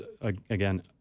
again